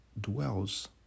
dwells